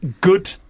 Good